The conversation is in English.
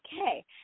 okay